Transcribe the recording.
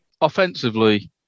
Offensively